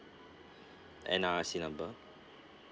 N_R_I_C number